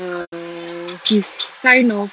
err his kind of